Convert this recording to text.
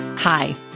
Hi